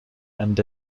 and